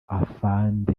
afande